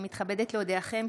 אני מתכבדת להודיעכם,